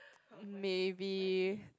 maybe